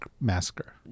Massacre